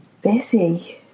busy